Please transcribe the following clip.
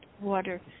water